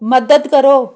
ਮਦਦ ਕਰੋ